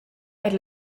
eir